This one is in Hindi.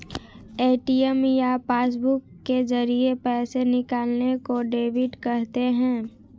ए.टी.एम या पासबुक के जरिये पैसे निकालने को डेबिट कहते हैं